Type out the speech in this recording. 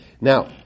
Now